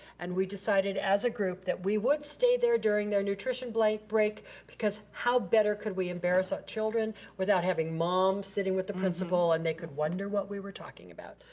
and we decided as a group that we would stay there during their nutrition break because how better could we embarrass our children without having mom sitting with the principal and they could wonder what we were talking about.